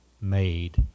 made